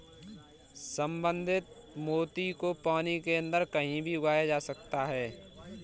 संवर्धित मोती को पानी के अंदर कहीं भी उगाया जा सकता है